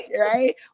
right